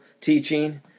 teaching